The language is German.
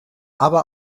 aber